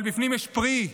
אבל בפנים יש פרי,